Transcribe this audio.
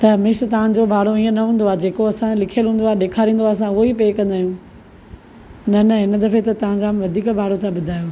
त हमेशह तव्हांजो भाड़ो ईअं न हूंदो आहे जेको असांजे लिखियलु हूंदो आहे ॾेखारींदो आहे असां उहो ई पे कंदा आहियूं न न इन दफ़े त तव्हां जाम वधीक भाड़ो था ॿुधायो